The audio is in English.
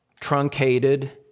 truncated